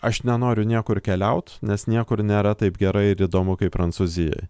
aš nenoriu niekur keliaut nes niekur nėra taip gera ir įdomu kaip prancūzijoj